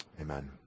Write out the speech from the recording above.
Amen